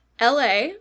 LA